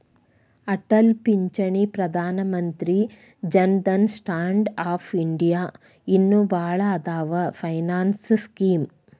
ಅಟಲ್ ಪಿಂಚಣಿ Pradhan Mantri Jan Dhan stand up India ಇನ್ನು ಭಾಳ್ ಅದಾವ್ ಫೈನಾನ್ಸ್ ಸ್ಕೇಮ್